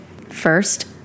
First